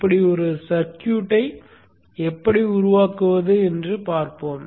இப்படி ஒரு சர்க்யூட்டை எப்படி உருவாக்குவது என்று பார்ப்போம்